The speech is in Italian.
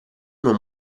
non